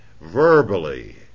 verbally